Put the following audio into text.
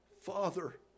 Father